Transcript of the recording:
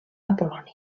apol·loni